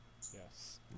Yes